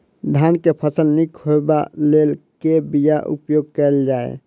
धान केँ फसल निक होब लेल केँ बीया उपयोग कैल जाय?